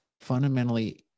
fundamentally